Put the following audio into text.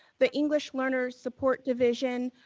the english learners support division,